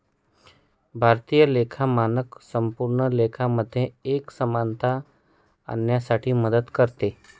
भारतीय लेखा मानक संपूर्ण लेखा मध्ये एक समानता आणण्यासाठी मदत करते